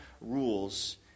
rules